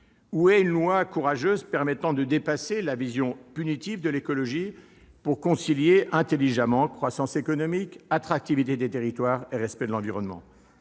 Où est le dispositif courageux qui permettra de dépasser la vision punitive de l'écologie pour concilier intelligemment croissance économique, attractivité des territoires et respect de l'environnement ?